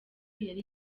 yari